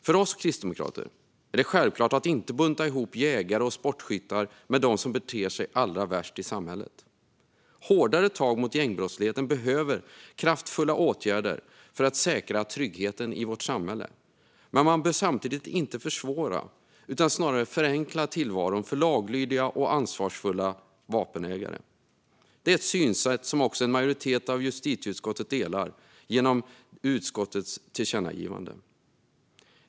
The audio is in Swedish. För oss kristdemokrater är det självklart att inte bunta ihop jägare och sportskyttar med dem som beter sig allra värst i samhället. Hårdare tag mot gängbrottsligheten behöver kraftfulla åtgärder för att säkra tryggheten i vårt samhälle, men man bör samtidigt inte försvåra utan snarare förenkla tillvaron för laglydiga och ansvarsfulla vapenägare. Det är ett synsätt som också en majoritet av justitieutskottet delar i och med utskottets tillkännagivande.